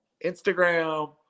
Instagram